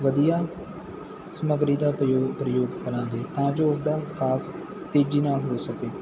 ਵਧੀਆ ਸਮਗਰੀ ਦਾ ਬਜੁਰਗ ਪ੍ਰਯੋਗ ਕਰਾਂਗੇ ਤਾਂ ਜੋ ਉਸਦਾ ਕਾਸ ਤੇਜ਼ੀ ਨਾਲ ਹੋ ਸਕੇ